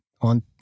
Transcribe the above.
on